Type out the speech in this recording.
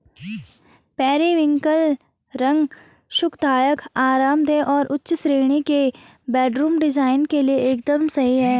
periwinkle रंग सुखदायक, आरामदेह और उच्च श्रेणी के बेडरूम डिजाइन के लिए एकदम सही है